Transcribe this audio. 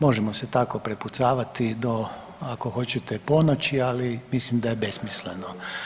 Možemo se tako prepucavati do ako hoćete ponoći, ali mislim da je besmisleno.